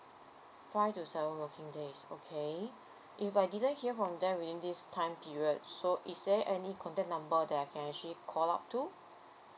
five to seven working days okay if I didn't hear from them within this time period so is there any contact number that I can actually call up to